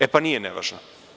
E pa nije nevažno.